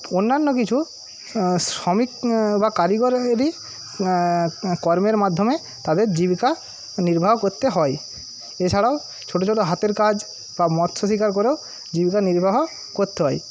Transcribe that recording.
অন্যান্য কিছু শ্রমিক বা কারিগরি কর্মের মাধ্যমে তাদের জীবিকা নির্বাহ করতে হয় এছাড়াও ছোট ছোট হাতের কাজ বা মৎস্য শিকার করেও জীবিকা নির্বাহ করতে হয়